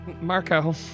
Marco